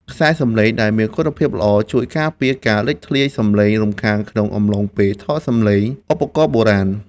ខ្សែសំឡេងដែលមានគុណភាពល្អ ជួយការពារការលេចធ្លាយសំឡេងរំខានក្នុងអំឡុងពេលថតសំឡេងឧបករណ៍បុរាណ។